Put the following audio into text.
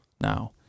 now